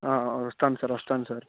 వస్తాను సార్ వస్తాను సార్